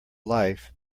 life